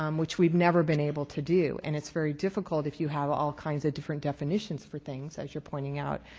um which we've never been able to do. and it's very difficult if you have all kinds of different definitions for things, as you're pointing out,